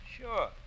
Sure